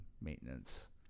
maintenance